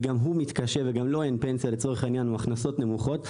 וגם הוא מתקשה ואין לו פנסיה כי הוא בעל הכנסות נמוכות,